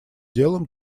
делом